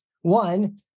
One